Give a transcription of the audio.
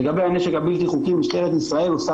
לגבי הנשק הבלתי-חוקי משטרת ישראל עושה